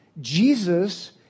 Jesus